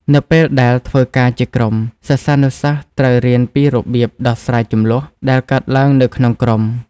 នៅពេលដែលធ្វើការជាក្រុម សិស្សានុសិស្សត្រូវរៀនពីរបៀប ដោះស្រាយជម្លោះ ដែលកើតឡើងនៅក្នុងក្រុម។